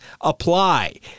apply